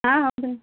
ಹಾಂ ಹೌದು ರೀ